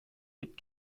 gibt